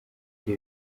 bye